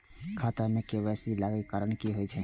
खाता मे के.वाई.सी लागै के कारण की होय छै?